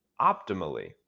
optimally